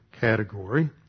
category